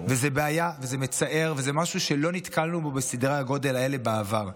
זו בעיה וזה מצער וזה משהו שלא נתקלנו בו בסדרי הגודל האלה בעבר.